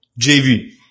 JV